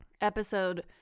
episode